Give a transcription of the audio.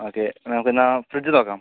okay നമുക്കെന്നാൽ fridge നോക്കാം